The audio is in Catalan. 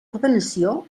ordenació